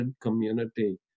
community